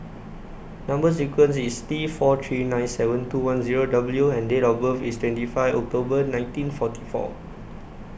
Number sequence IS T four three nine seven two one Zero W and Date of birth IS twenty five October nineteen forty four